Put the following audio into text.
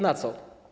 Na co?